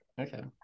Okay